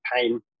pain